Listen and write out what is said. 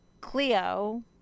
Cleo